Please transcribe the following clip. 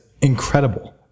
incredible